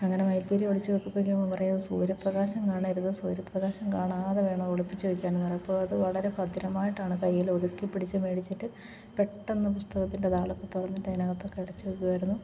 അങ്ങനെ മയിൽപ്പീലി ഒളിച്ച് വെപ്പിക്കുമ്പോൾ പറയും അത് സൂര്യപ്രകാശം കാണരുത് സൂര്യപ്രകാശം കാണാതെ വേണം ഒളിപ്പിച്ച് വെക്കാനെന്നു പറയും അപ്പോൾ അത് വളരെ ഭദ്രമായിട്ടാണ് കയ്യിലൊതുക്കിപ്പിടിച്ച് മേടിച്ചിട്ട് പെട്ടെന്ന് പുസ്തകത്തിൻ്റെ താളൊക്കെ തുറന്നിട്ട് അതിനകത്തൊക്കെ അടച്ച് വെക്കുമായിരുന്നു